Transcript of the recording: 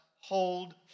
hold